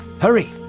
Hurry